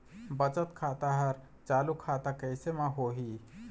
बचत खाता हर चालू खाता कैसे म होही?